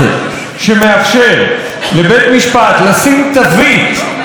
שמאפשר לבית משפט לשים תווית על אדם,